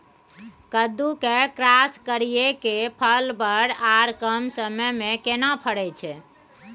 कद्दू के क्रॉस करिये के फल बर आर कम समय में केना फरय छै?